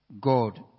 God